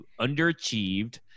underachieved